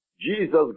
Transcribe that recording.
Jesus